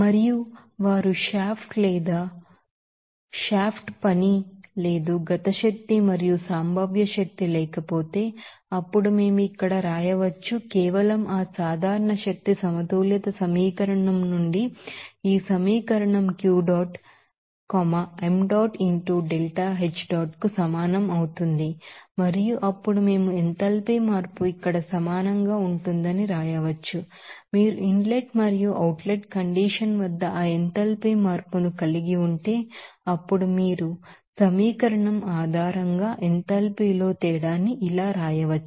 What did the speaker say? మరియు వారు షాఫ్ట్ పని లేదు కైనెటిక్ ఎనెర్జి మరియు పొటెన్షియల్ ఎనెర్జి లేకపోతే అప్పుడు మేము ఇక్కడ వ్రాయవచ్చు కేవలం ఆ సాధారణ జనరల్ ఎనర్జీ బాలన్స్ ఈక్వేషన్ నుండి ఈ సమీకరణం Q dot m dot into delta H dot కు సమానం అవుతుంది మరియు అప్పుడు మేము ఎంథాల్పీ మార్పు ఇక్కడ సమానంగా ఉంటుందని వ్రాయవచ్చు మీరు ఇన్లెట్ మరియు అవుట్ లెట్ కండిషన్ వద్ద ఆ ఎంథాల్పీ మార్పును కలిగి ఉంటే అప్పుడు మీరు సమీకరణం ఆధారంగా ఎంథాల్పీలో తేడాను వ్రాయవచ్చు